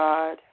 God